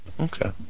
Okay